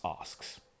asks